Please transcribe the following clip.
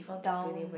down